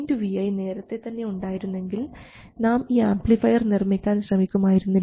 kVi നേരത്തെ തന്നെ ഉണ്ടായിരുന്നെങ്കിൽ നാം ഈ ആംപ്ലിഫയർ നിർമ്മിക്കാൻ ശ്രമിക്കുമായിരുന്നില്ല